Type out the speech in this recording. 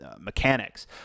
mechanics